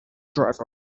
driver